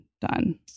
done